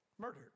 murdered